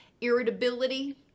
irritability